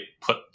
put